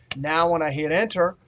now when i hit enter,